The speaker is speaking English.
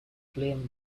flame